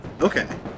Okay